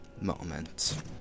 moment